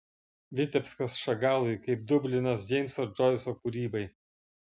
vitebskas šagalui kaip dublinas džeimso džoiso kūrybai